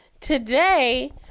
today